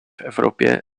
evropě